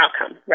outcome